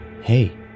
hey